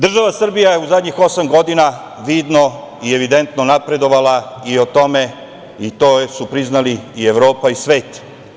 Država Srbija je u zadnjih osam godina vidno i evidentno napredovala i o tome, i to su priznali i Evropa i svet.